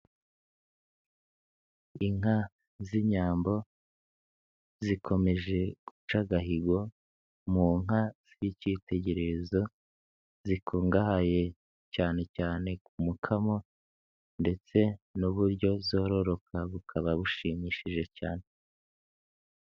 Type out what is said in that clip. Inka z'inyambo zikomeje guca agahigo, mu nka z'icyitegererezo, zikungahaye cyane cyane ku mukamo ndetse n'uburyo zororoka bukaba bushimishije cyane.